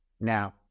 Now